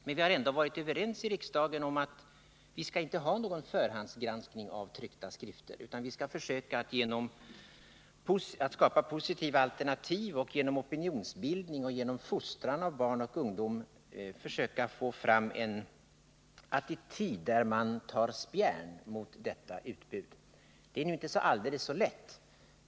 Men vi har ändå i riksdagen varit överens om att vi inte skall ha någon förhandsgranskning av tryckta skrifter, utan vi skall försöka att skapa positiva alternativ och genom opinionsbildning och fostran av barn och ungdom försöka få fram en attityd där man tar spjärn mot detta utbud. Detta är nu inte alldeles så lätt.